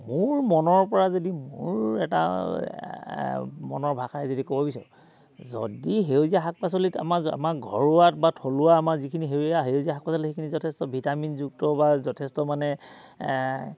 মোৰ মনৰ পৰা যদি মোৰ এটা মনৰ ভাষাই যদি ক'ব বিচাৰোঁ যদি সেউজীয়া শাক পাচলিত আমাৰ আমাৰ ঘৰুৱাত বা থলুৱা আমাৰ যিখিনি সেউজীয়া সেউজীয়া শাক পাচলি সেইখিনি যথেষ্ট ভিটামিনযুক্ত বা যথেষ্ট মানে